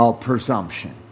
presumption